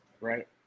right